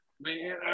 Man